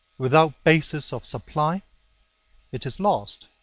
without bases of supply it is lost.